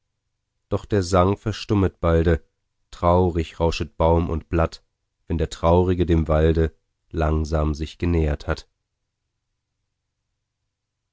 doch der sang verstummet balde traurig rauschet baum und blatt wenn der traurige dem walde langsam sich genähert hat